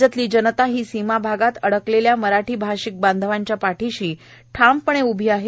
राज्यातली जनता ही सीमा भागात अडकलेल्या मराठी भाषिक बांधवांच्या पाठीशी ठामपणे उभी आहे